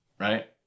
right